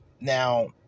Now